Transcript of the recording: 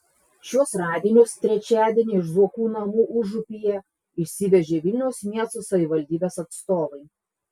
šiuos radinius trečiadienį iš zuokų namų užupyje išsivežė vilniaus miesto savivaldybės atstovai